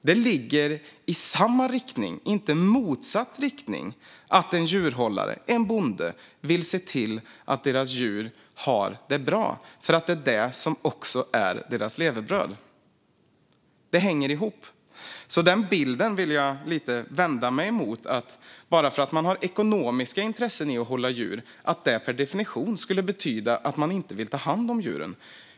Det ligger i samma riktning, inte i motsatt riktning, att djurhållare och bönder vill se till att deras djur har det bra eftersom det också är deras levebröd. Det hänger ihop. Jag vill alltså invända mot bilden att man bara för att man har ekonomiska intressen i att hålla djur per definition inte vill ta hand om djuren.